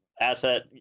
asset